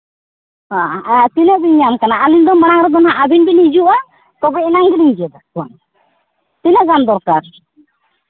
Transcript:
ᱟᱨ ᱛᱤᱱᱟᱹᱜ ᱵᱤᱱ ᱧᱟᱢ ᱠᱟᱱᱟ ᱟᱹᱞᱤᱧ ᱫᱚ ᱢᱟᱲᱟᱝ ᱨᱮᱫᱚ ᱦᱟᱸᱜ ᱟᱹᱵᱤᱱ ᱵᱤᱱ ᱦᱤᱡᱩᱜᱼᱟ ᱛᱚᱵᱮ ᱟᱱᱟᱝ ᱜᱮᱞᱤᱧ ᱜᱮᱫᱮᱜ ᱠᱚᱣᱟ ᱛᱤᱱᱟᱹᱜ ᱜᱟᱱ ᱫᱚᱨᱠᱟᱨ